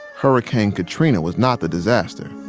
hurricane katrina was not the disaster.